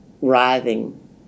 writhing